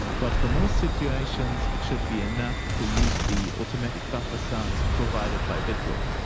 but for most situations it should be enough to use the automatic buffer size provided by bitwig.